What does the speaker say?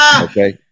Okay